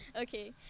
Okay